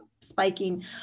spiking